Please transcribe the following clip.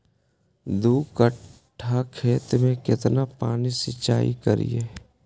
दू कट्ठा खेत में केतना पानी सीचाई करिए?